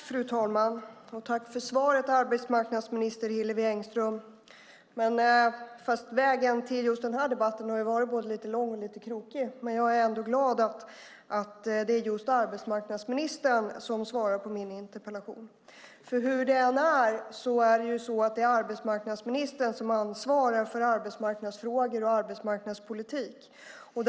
Fru talman! Jag tackar arbetsmarknadsminister Hillevi Engström för svaret. Vägen till just denna debatt har varit lite lång och lite krokig. Men jag är ändå glad över att det är just arbetsmarknadsministern som svarar på min interpellation. Hur det än är är det arbetsmarknadsministern som ansvarar för arbetsmarknadsfrågorna och arbetsmarknadspolitiken.